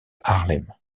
harlem